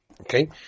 Okay